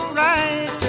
right